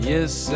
Yes